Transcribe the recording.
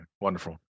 Wonderful